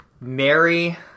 Mary